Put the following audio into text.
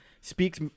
speaks